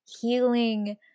healing